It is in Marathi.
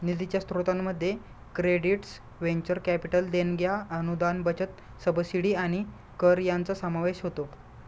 निधीच्या स्त्रोतांमध्ये क्रेडिट्स व्हेंचर कॅपिटल देणग्या अनुदान बचत सबसिडी आणि कर यांचा समावेश होतो